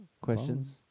Questions